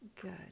Good